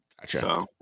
Gotcha